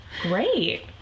great